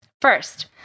First